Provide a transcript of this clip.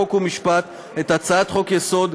חוק ומשפט את הצעת חוק-יסוד: